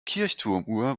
kirchturmuhr